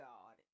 God